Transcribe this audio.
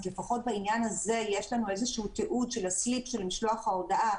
לפחות יש לנו תיעוד של משלוח ההודעה,